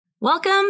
Welcome